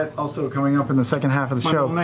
also coming up in the second half of the show,